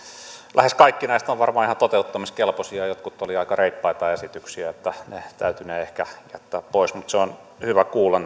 lähes kaikki näistä ovat varmaan ihan toteuttamiskelpoisia jotkut olivat aika reippaita esityksiä niin että ne täytynee ehkä jättää pois mutta on hyvä kuulla